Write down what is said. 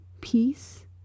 peace